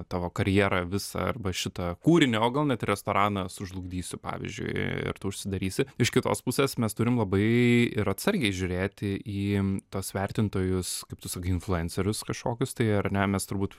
tavo karjerą visą arba šitą kūrinį o gal net ir restoraną sužlugdysiu pavyzdžiui ir tu užsidarysi iš kitos pusės mes turim labai ir atsargiai žiūrėti į tuos vertintojus kaip tu sakai influencerius kažkokius tai ar ne mes turbūt